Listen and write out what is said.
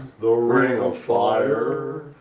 the ring of fire,